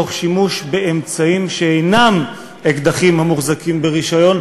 תוך שימוש באמצעים שאינם אקדחים המוחזקים ברישיון.